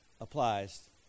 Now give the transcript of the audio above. applies